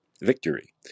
victory